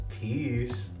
peace